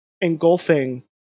engulfing